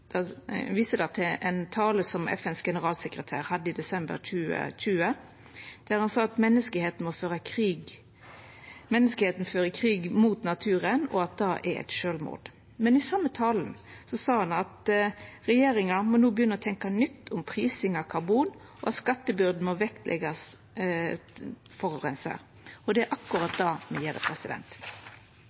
det vist til ein tale som FNs generalsekretær heldt i desember 2020, der han sa at menneskeslekta fører krig mot naturen, og at det er eit sjølvmord. Men i den same talen sa han at regjeringar no må begynna å tenkja nytt om prising av karbon, og at skattebyrda må leggjast på forureinar, og det er akkurat det me